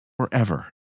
forever